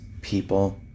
people